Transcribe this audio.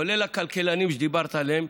כולל הכלכלנים שדיברתם עליהם,